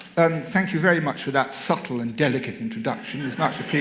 thank you very much for that subtle and delicate introduction. it's